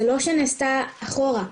זה לא שנעשתה חזרה אחורה,